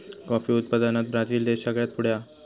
coffee उत्पादनात Brazil देश सगळ्यात पुढे हा